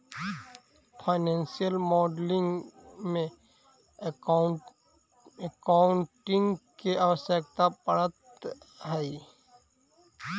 financial modelling में accounting के आवश्यकता पड़ऽ हई